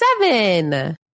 seven